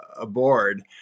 aboard